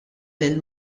lil